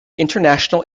international